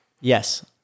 Yes